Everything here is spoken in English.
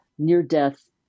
near-death